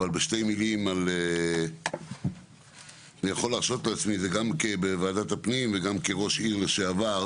אבל אני יכול להרשות לעצמי גם כוועדת הפנים וגם כראש עיר לשעבר.